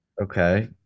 Okay